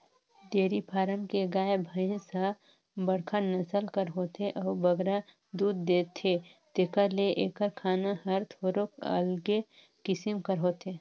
dairy farm के गाय, भंइस ह बड़खा नसल कर होथे अउ बगरा दूद देथे तेकर ले एकर खाना हर थोरोक अलगे किसिम कर होथे